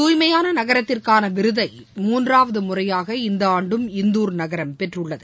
தூய்மையான நகரத்திற்கான விருதை மூன்றாவது முறையாக இந்த ஆண்டும் இந்தூர் நகரம் பெற்றுள்ளது